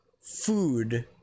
food